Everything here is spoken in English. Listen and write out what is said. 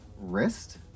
wrist